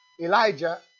Elijah